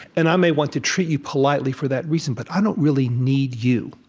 and i may want to treat you politely for that reason, but i don't really need you.